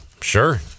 sure